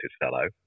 fellow